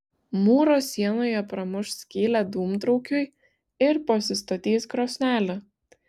mūro sienoje pramuš skylę dūmtraukiui ir pasistatys krosnelę